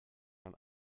man